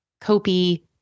copy